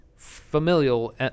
familial